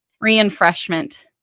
Reinforcement